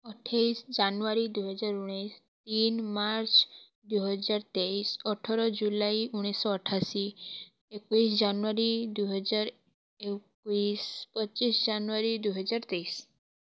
ଅଠେଇଶି ଜାନୁଆରୀ ଦୁଇ ହଜାର ଉଣେଇଶି ତିନି ମାର୍ଚ୍ଚ ଦୁଇ ହଜାର ତେଇଶି ଅଠର ଜୁଲାଇ ଉଣେଇଶି ଶହ ଅଠାଅଶୀ ଏକୋଇଶି ଜାନୁଆରୀ ଦୁଇ ହଜାର ଏକୋଇଶି ପଚିଶି ଜାନୁଆରୀ ଦୁଇ ହଜାର ତେଇଶି